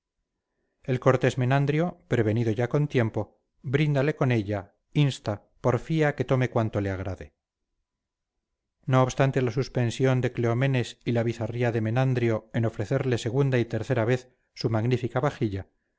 el cortés menandrio prevenido ya con tiempo bríndale con ella insta porfía que tome cuanto le agrade no obstante la suspensión de cleomenes y la bizarría de menandrio en ofrecerle segunda y tercera vez su magnifica vajilla